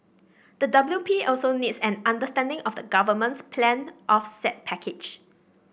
the W P also needs an understanding of the government's planned offset package